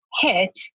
hit